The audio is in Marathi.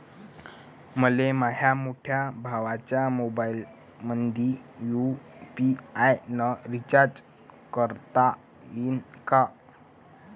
मले माह्या मोठ्या भावाच्या मोबाईलमंदी यू.पी.आय न रिचार्ज करता येईन का?